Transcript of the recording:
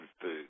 food